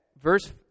verse